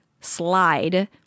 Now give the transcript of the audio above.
slide